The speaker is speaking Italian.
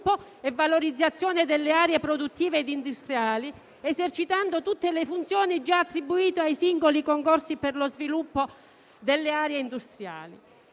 e valorizzazione delle aree produttive ed industriali con l'esercizio di tutte le funzioni già attribuite ai singoli consorzi per lo sviluppo delle aree industriali